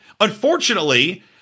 Unfortunately